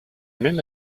même